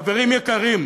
חברים יקרים,